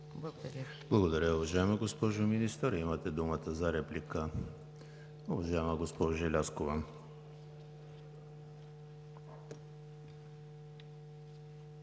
Благодаря